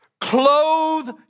clothe